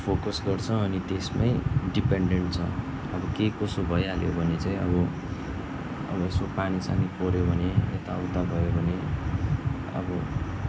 focus गर्छ अनि त्यसमै डिपेन्डेन्ट छ अब के कसो भइहाल्यो भने चाहिँ अब अब यसो पानी सानी पऱ्यो भने एताउता भयो भने अब